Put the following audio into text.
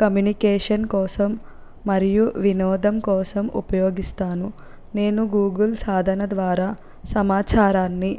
communication కోసం మరియు వినోదం కోసం ఉపయోగిస్తాను నేను గూగుల్ సాధన ద్వారా సమాచారాన్ని